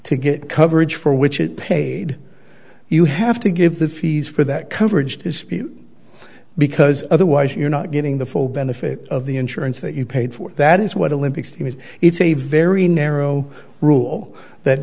to get coverage for which it paid you have to give the fees for that coverage dispute because otherwise you're not getting the full benefit of the insurance that you paid for that is what a lympics to me it's a very narrow rule that